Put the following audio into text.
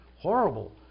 Horrible